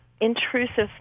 Intrusive